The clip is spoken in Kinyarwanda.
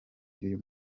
y’uyu